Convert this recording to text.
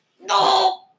no